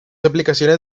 aplicaciones